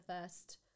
first